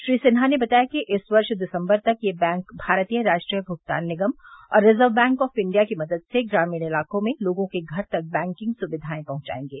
श्री सिन्हा ने बताया कि इस वर्ष दिसंबर तक ये बैंक भारतीय राष्ट्रीय भूगतान निगम और रिज़र्व बैंक ऑफ इंडिया की मदद से ग्रामीण इलाकों में लोगों के घर तक बैंकिंग सुविधाए पहुंचायेंगे